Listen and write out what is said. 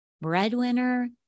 breadwinner